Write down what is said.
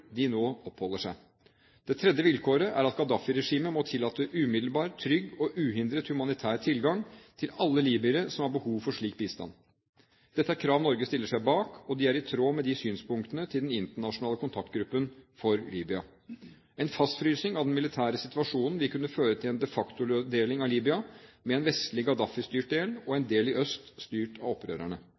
de nå oppholder seg. Det tredje vilkåret er at Gaddafi-regimet må tillate umiddelbar, trygg og uhindret humanitær tilgang til alle libyere som har behov for slik bistand. Dette er krav Norge stiller seg bak, og de er i tråd med synspunktene til den internasjonale kontaktgruppen for Libya. En fastfrysing av den militære situasjonen vil kunne føre til en de facto-deling av Libya, med én vestlig, Gaddafi-styrt del og én del i øst styrt av opprørerne.